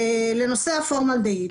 לנושא הפורמלדהיד.